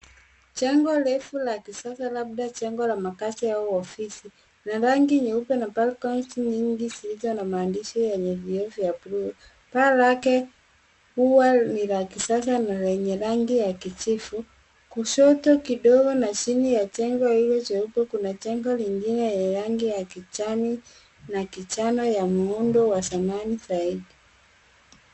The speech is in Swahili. Jengo refu la kisasa, labda jengo la makazi au la ofisi, lina rangi nyeupe na balconies nyingi bila maandishi yoyote juu yake. Paa lake huwa ni la kisasa na lenye rangi ya kijivu. Kushoto kidogo na chini ya jengo hilo kuna jengo lingine la rangi ya kijani na manjano yenye muundo wa zamani zaidi.